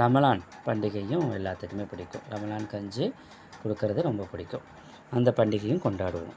ரமலான் பண்டிகையும் எல்லாத்துக்குமே பிடிக்கும் ரமலான் கஞ்சி கொடுக்கறது ரொம்ப பிடிக்கும் அந்த பண்டிகையும் கொண்டாடுவோம்